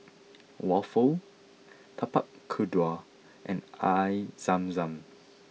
Waffle Tapak Kuda and Air Zam Zam